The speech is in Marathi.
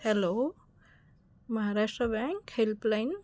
hello Maharashtra bank helpline